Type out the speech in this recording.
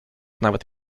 nawet